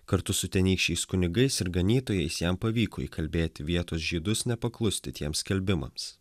kartu su tenykščiais kunigais ir ganytojais jam pavyko įkalbėti vietos žydus nepaklusti tiem skelbimams